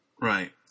Right